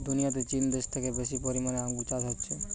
দুনিয়াতে চীন দেশে থেকে বেশি পরিমাণে আঙ্গুর চাষ হচ্ছে